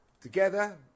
Together